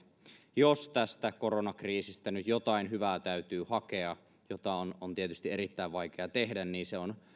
jos tästä koronakriisistä nyt jotain hyvää täytyy hakea jota on on tietysti erittäin vaikea tehdä niin se on